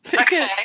Okay